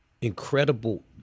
incredible